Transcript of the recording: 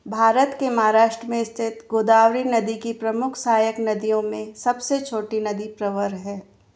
भारत के महाराष्ट्र में स्थित गोदावरी नदी की प्रमुख सहायक नदियों में सबसे छोटी नदी प्रवर है